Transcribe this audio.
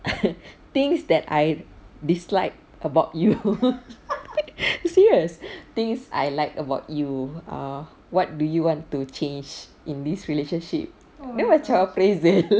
things that I dislike about you serious things I like about you err what do you want to change in this relationship then macam appraisal